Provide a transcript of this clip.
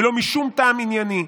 ולא משום טעם ענייני.